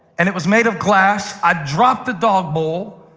and it was made of glass. i dropped the dog bowl.